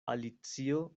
alicio